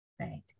Right